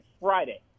Friday